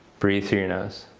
breath through your nose.